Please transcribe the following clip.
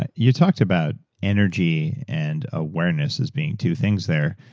and you talked about energy and awareness as being two things there.